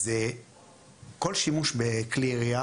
אז כל שימוש בכלי ירייה